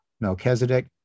Melchizedek